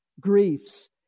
griefs